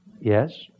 Yes